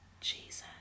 Jesus